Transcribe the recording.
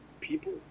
People